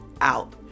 out